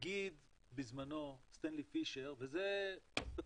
לדעתי הנגיד בזמנו, סטנלי פישר, וזו ספקולציה,